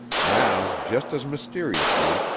now, just as mysteriously,